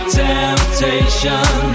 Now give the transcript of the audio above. temptation